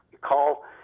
call